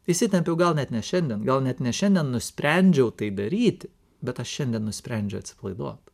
įsitempiau gal net ne šiandien gal net ne šiandien nusprendžiau tai daryti bet aš šiandien nusprendžiau atsipalaiduot